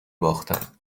باختن